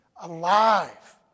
alive